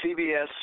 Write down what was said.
CBS